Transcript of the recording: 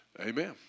Amen